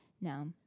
No